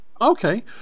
okay